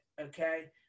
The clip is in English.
okay